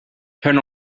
turn